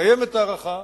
קיימת הערכה